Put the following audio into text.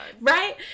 Right